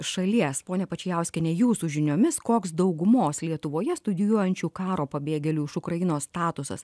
šalies ponia pačijauskiene jūsų žiniomis koks daugumos lietuvoje studijuojančių karo pabėgėlių iš ukrainos statusas